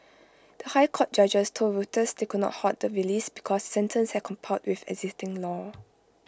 the High Court judges told Reuters they could not halt the release because sentence had complied with existing law